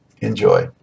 Enjoy